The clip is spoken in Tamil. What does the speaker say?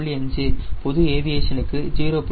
5 பொது ஏவியேஷனுக்கு 0